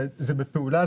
זה בפעולה.